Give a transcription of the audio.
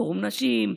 פורום נשים,